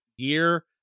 year